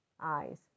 eyes